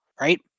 right